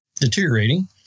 deteriorating